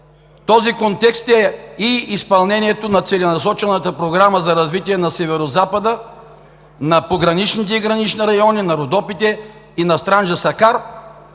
този контекст е и изпълнението на целенасочената програма за развитие на Северозапада, на пограничните и граничните райони, на Родопите и на Странджа-Сакар,